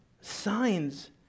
signs